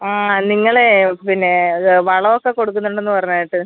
ആ നിങ്ങളേയ് പിന്നെ വളമൊക്കെ കൊടുക്കുന്നുണ്ടെന്ന് പറഞ്ഞ് കേട്ട്